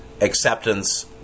acceptance